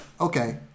okay